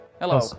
Hello